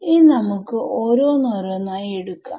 ഇനി നമുക്ക് ഓരോന്ന് ഓരോന്നായി എടുക്കാം